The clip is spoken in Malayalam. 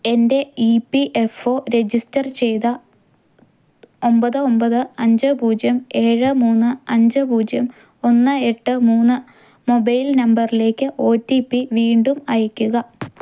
എൻ്റെ E P F O register ചെയ്ത ഒമ്പത് ഒമ്പത് അഞ്ച് പൂജ്യം ഏഴ് മൂന്ന് അഞ്ച് പൂജ്യം ഒന്ന് എട്ട് മൂന്ന് മൊബൈൽ നമ്പറിലേക്ക് ഒ ടി പി വീണ്ടും അയയ്ക്കുക